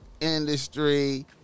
industry